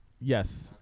Yes